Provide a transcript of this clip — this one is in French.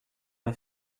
m’a